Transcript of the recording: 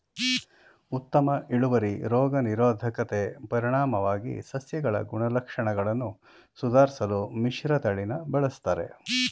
ಉತ್ತಮ ಇಳುವರಿ ರೋಗ ನಿರೋಧಕತೆ ಪರಿಣಾಮವಾಗಿ ಸಸ್ಯಗಳ ಗುಣಲಕ್ಷಣಗಳನ್ನು ಸುಧಾರ್ಸಲು ಮಿಶ್ರತಳಿನ ಬಳುಸ್ತರೆ